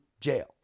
jail